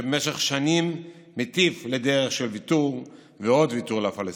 שבמשך שנים מטיף לדרך של ויתור ועוד ויתור לפלסטינים.